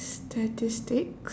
statistics